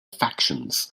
factions